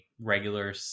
regular